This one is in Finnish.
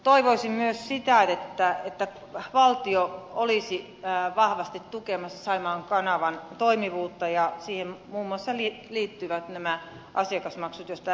toivoisin myös sitä että valtio olisi vahvasti tukemassa saimaan kanavan toimivuutta ja siihen muun muassa liittyvät nämä asiakasmaksut joista äsken jo mainitsin